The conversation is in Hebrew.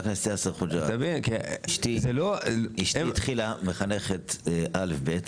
אשתי התחילה כמחנכת לכיתות א-ב,